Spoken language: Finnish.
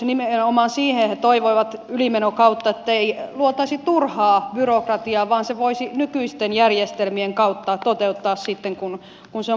nimenomaan siihen he toivoivat ylimenokautta ettei luotaisi turhaa byrokratiaa vaan sen voisi nykyisten järjestelmien kautta toteuttaa sitten kun se on mahdollista